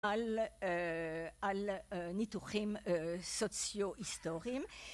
על אה... על אה... ניתוחים אה... סוציו-היסטוריים.